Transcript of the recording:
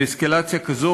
ואסקלציה כזו,